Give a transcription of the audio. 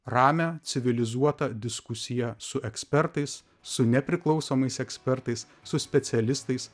ramią civilizuotą diskusiją su ekspertais su nepriklausomais ekspertais su specialistais